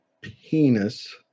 penis